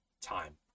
time